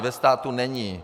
Ve státu není.